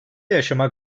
yaşamak